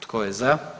Tko je za?